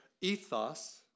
ethos